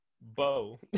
Bo